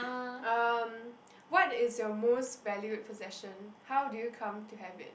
um what is your most valued possession how do you come to have it